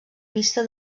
vista